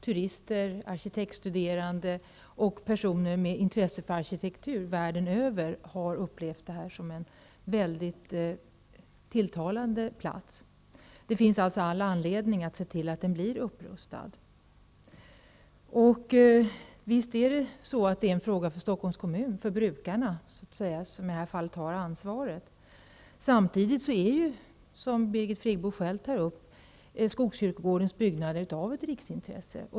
Turister, arkitektstuderande och personer med intresse för arkitektur från hela världen har upplevt den som en mycket tilltalande plats. Det finns således all anledning att se till att kyrkogården blir upprustad. Visst är det en fråga för Stockholms kommun, för brukarna, som har ansvaret. Samtidigt är Friggebo själv tar upp -- av ett riksintresse.